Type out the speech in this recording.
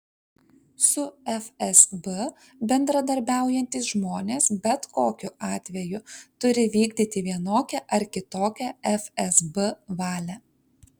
su fsb bendradarbiaujantys žmonės bet kokiu atveju turi vykdyti vienokią ar kitokią fsb valią